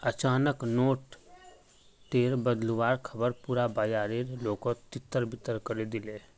अचानक नोट टेर बदलुवार ख़बर पुरा बाजारेर लोकोत तितर बितर करे दिलए